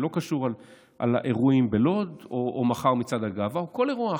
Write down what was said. זה לא קשור לאירועים בלוד או מחר במצעד הגאווה או כל אירוע אחר.